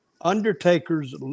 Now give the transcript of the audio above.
Undertaker's